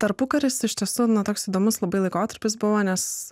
tarpukaris iš tiesų ne toks įdomus labai laikotarpis buvo nes